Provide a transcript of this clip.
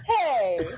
Hey